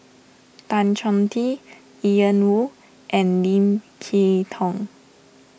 Tan Chong Tee Ian Woo and Lim Kay Tong